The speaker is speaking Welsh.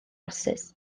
rasys